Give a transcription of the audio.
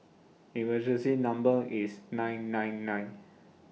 emergency Number IS nine nine nine